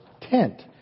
tent